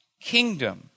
kingdom